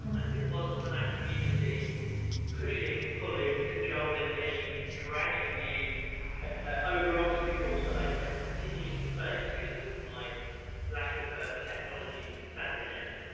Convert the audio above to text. and if it wasn't for that community pushing, pulling, cajoling me, dragging me over obstacles that i continuously faced, cause of my lack of technology savviness